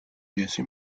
jessie